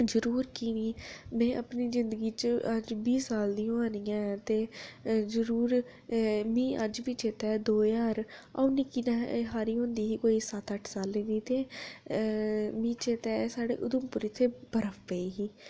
जरूर की निं में अपनी जिंदगी च अज्ज बीह् साल दी होआ नी ऐ ते जरूर मिगी अज्ज बी चेता ऐ दौं ज्हार अं'ऊ निक्की हारी होंदी ही कोई सत्त अट्ठ सालै दी ते मिगी चेता ऐ साढ़े उधमपुर च बर्फ पेई ही